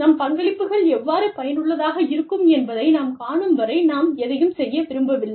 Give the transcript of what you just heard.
நம் பங்களிப்புகள் எவ்வாறு பயனுள்ளதாக இருக்கும் என்பதை நாம் காணும் வரை நாம் எதையும் செய்ய விரும்பவில்லை